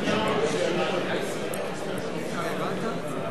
הטיעון הכי חזק זה שביבי נתניהו הצביע בעד החוק הזה.